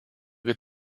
good